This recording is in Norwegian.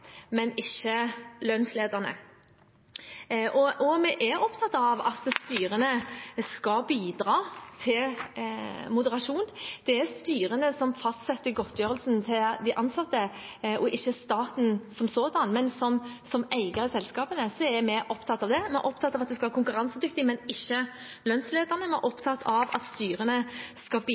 men ikke lønnsledende. Vi er opptatt av at styrene skal bidra til moderasjon. Det er styrene som fastsetter godtgjørelsen til de ansatte, ikke staten som sådan, men som eier av selskapene er vi opptatt av det. Vi er opptatt av at det skal være konkurransedyktig, men ikke lønnsledende, og vi er opptatt av at styrene skal